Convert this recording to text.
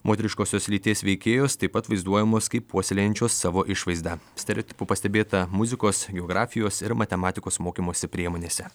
moteriškosios lyties veikėjos taip pat vaizduojamos kaip puoselėjančios savo išvaizdą stereotipų pastebėta muzikos geografijos ir matematikos mokymosi priemonėse